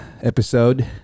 episode